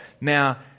now